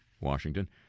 Washington